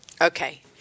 Okay